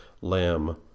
Lamb